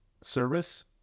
service